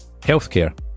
healthcare